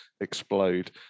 explode